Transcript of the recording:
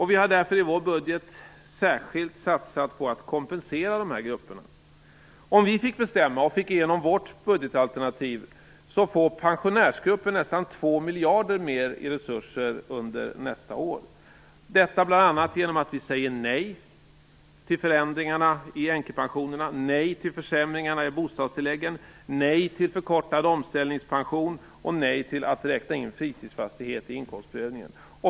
Vi har därför i vår budget särskilt satsat på att kompensera dessa grupper. Om vi fick bestämma, och om vi fick igenom vårt budgetalternativ, skulle pensionärsgruppen få nästan 2 miljarder kronor mer i resurser under nästa år. Detta åstadkommer vi bl.a. genom att säga nej till förändringarna i änkepensionerna, nej till försämringarna i bostadstilläggen, nej till förkortad omställningspension och nej till att räkna in fritidsfastighet i inkomstprövningen.